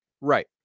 Right